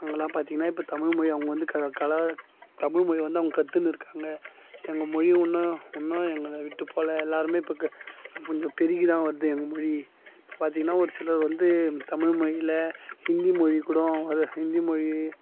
அங்கெலாம் பார்த்தீங்கன்னா இப்போ தமிழ்மொழி அவங்க வந்து க கலா தமிழ்மொழி வந்து அவங்க கத்துன்னு இருக்காங்க எங்கள் மொழி ஒன்றும் இன்னும் எங்களை விட்டு போகல எல்லாருமே இப்போ கொஞ்சம் பெருகிதான் வருது எங்கள் மொழி இப்போ பார்த்தீங்கன்னா ஒரு சிலர் வந்து தமிழ்மொழியில ஹிந்தி மொழி கூட ஒரு ஹிந்தி மொழி